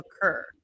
occur